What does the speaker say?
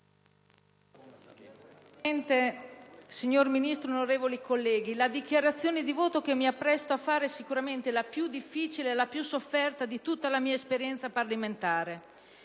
signor Ministro, onorevoli colleghi, la dichiarazione di voto che mi appresto a fare è sicuramente la più difficile e la più sofferta di tutta la mia esperienza parlamentare.